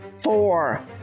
four